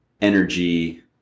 energy